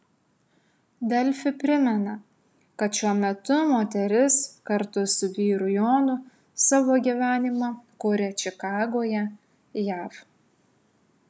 delfi primena kad šiuo metu moteris kartu su vyru jonu savo gyvenimą kuria čikagoje jav